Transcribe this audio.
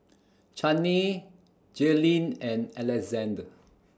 Channie Jaelynn and Alexandr